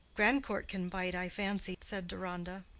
grandcourt can bite, i fancy, said deronda.